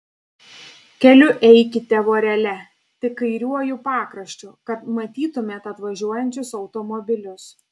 keliu eikite vorele tik kairiuoju pakraščiu kad matytumėte atvažiuojančius automobilius